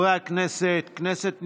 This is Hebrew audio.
חברי הכנסת, כנסת נכבדה,